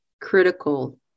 critical